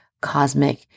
cosmic